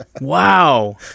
Wow